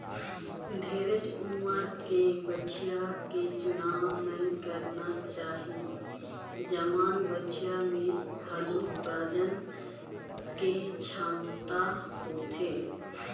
ढेरे उमर के बछिया के चुनाव नइ करना चाही, जवान बछिया में हालु प्रजनन के छमता होथे